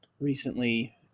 recently